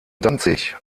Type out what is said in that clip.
danzig